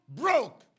broke